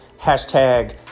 Hashtag